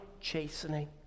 chastening